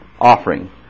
offering